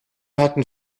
hatten